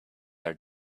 are